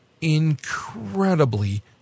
incredibly